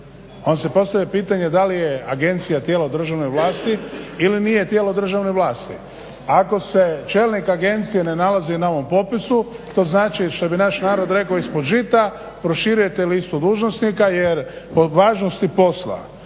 onda se postavlja pitanje da li je agencija tijelo državne vlasti ili nije tijelo državne vlasti. Ako se čelnik agencije ne nalazi na ovom popisu to znači što bi naš narod rekao ispod žita proširujete listu dužnosnika jer po važnosti posla